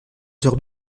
heures